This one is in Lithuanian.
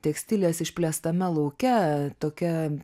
tekstilės išplėstame lauke tokia